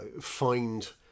find